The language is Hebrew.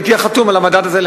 תהיה חתום על המדד הזה,